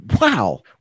wow